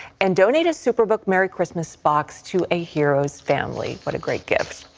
and donate a superbook merry christmas box to a hero's family. what a great gift.